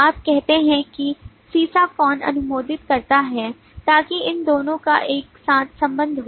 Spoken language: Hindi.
आप कहते हैं कि सीसा कौन अनुमोदित करता है ताकि इन दोनों का एक साथ संबंध हो